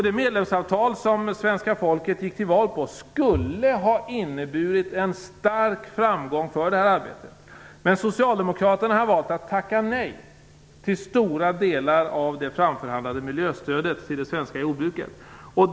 Det medlemsavtal som svenska folket gick till val på skulle ha inneburit en stark framgång för detta arbete, men socialdemokraterna har valt att tacka nej till stora delar av det framförhandlade miljöstödet till det svenska jordbruket.